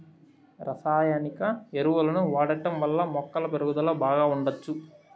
రసాయనిక ఎరువులను వాడటం వల్ల మొక్కల పెరుగుదల బాగా ఉండచ్చు